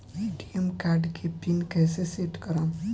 ATM card के pin कैसे set करम?